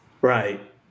right